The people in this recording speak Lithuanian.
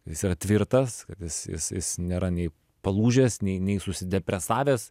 jis yra tvirtas kad jis jis jis nėra nei palūžęs nei nei susidepresavęs